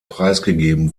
preisgegeben